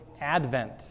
Advent